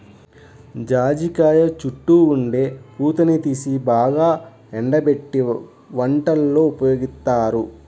జాజికాయ చుట్టూ ఉండే పూతని తీసి బాగా ఎండబెట్టి వంటల్లో ఉపయోగిత్తారు